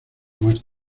muerte